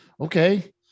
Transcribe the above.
okay